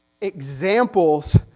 examples